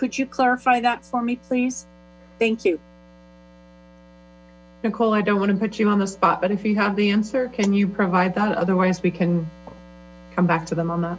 could you clarify that for me please thank you nicole i don't want to put you on the spot but if you have the answer can you provide that otherwise we can come back to them on the